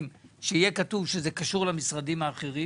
- שיהיה כתוב שזה קשור למשרדים האחרים